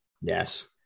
Yes